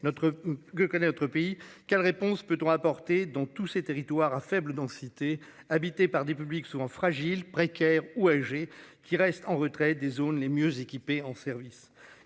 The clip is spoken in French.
que connaît notre pays. Quelles réponses peut-on apporter dans tous ces territoires à faible densité habité par des publics souvent fragiles, précaires ou âgés qui reste en retrait des zones les mieux équipés en service.